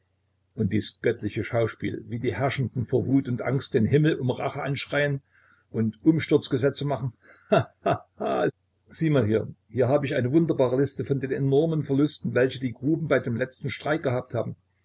und dies göttliche schauspiel wie die herrschenden vor wut und angst den himmel um rache anschreien und umsturzgesetze machen ha ha ha sieh mal hier hier hab ich eine wunderbare liste von den enormen verlusten welche die gruben bei dem letzten streik gehabt haben